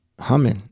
humming